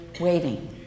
waiting